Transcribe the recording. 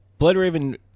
Bloodraven